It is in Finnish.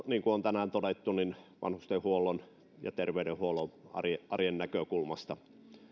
niin kuin on tänään todettu vanhustenhuollon ja terveydenhuollon arjen näkökulmasta kiireinen hoitotyö tätä